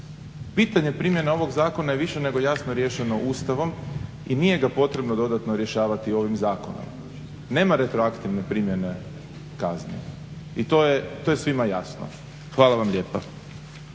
Pitanje primjene ovog zakona je više nego jasno riješeno Ustavom i nije ga potrebno dodatno rješavati ovim zakonom. Nema retroaktivne primjene kazni. I to je svima jasno. Hvala vam lijepa.